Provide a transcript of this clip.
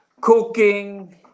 cooking